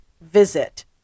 Visit